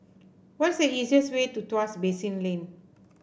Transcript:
what is the easiest way to Tuas Basin Lane